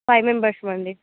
five మెంబర్స్మి అండి